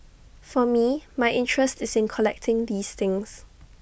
for me my interest is in collecting these things